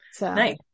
Nice